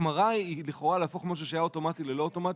ההחמרה היא לכאורה להפוך משהו שהיה אוטומטי ללא אוטומטי,